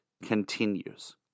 continues